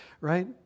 right